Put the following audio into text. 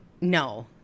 No